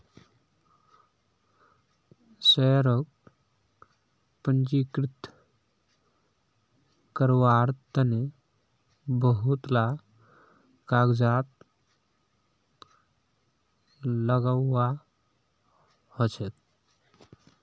शेयरक पंजीकृत कारवार तन बहुत ला कागजात लगव्वा ह छेक